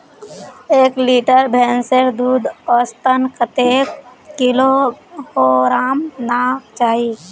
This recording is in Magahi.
एक लीटर भैंसेर दूध औसतन कतेक किलोग्होराम ना चही?